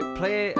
play